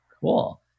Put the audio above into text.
Cool